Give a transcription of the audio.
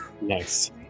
Nice